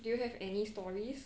do you have any stories